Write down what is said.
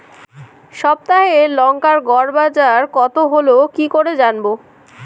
সপ্তাহে লংকার গড় বাজার কতো হলো কীকরে জানবো?